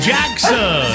Jackson